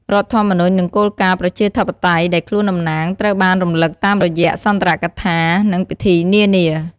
រដ្ឋធម្មនុញ្ញ និងគោលការណ៍ប្រជាធិបតេយ្យដែលខ្លួនតំណាងត្រូវបានរំលឹកតាមរយៈសុន្ទរកថា និងពិធីនានា។